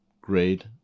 grade